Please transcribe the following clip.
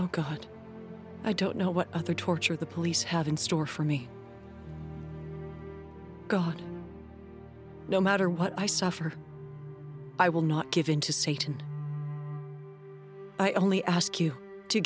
oh god i don't know what other torture the police have in store for me no matter what i suffer i will not give in to satan i only ask you to